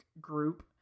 group